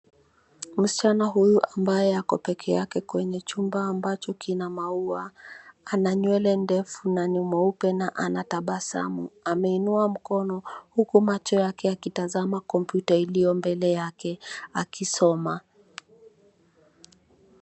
Msichana huyu ambaye ako peke yake kwenye chumba ambacho kina maua, ana nywenye ndefu na ni mweupe na anatabasamu. Ameinua mkono huku macho yake yakitazama kompyuta iliyo mbele yake akisoma.